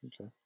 Okay